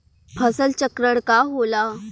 फसल चक्रण का होला?